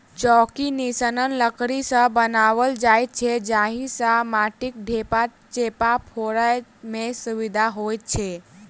चौकी निस्सन लकड़ी सॅ बनाओल जाइत छै जाहि सॅ माटिक ढेपा चेपा फोड़य मे सुविधा होइत छै